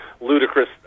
ludicrous